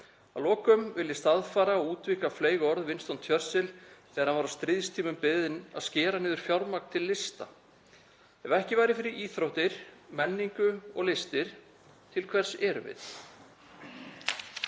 Að lokum vil ég staðfæra og útvíkka fleyg orð Winstons Churchills þegar hann var á stríðstímum beðinn um að skera niður fjármagn til lista: Ef ekki væri fyrir íþróttir, menningu og listir, til hvers erum við?